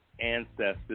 ancestors